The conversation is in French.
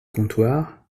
comptoir